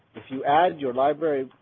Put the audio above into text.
if you add your library,